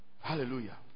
Hallelujah